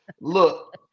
look